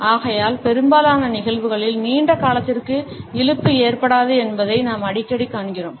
ஆகையால் பெரும்பாலான நிகழ்வுகளில் நீண்ட காலத்திற்கு இழுப்பு ஏற்படாது என்பதை நாம் அடிக்கடி காண்கிறோம்